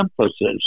emphasis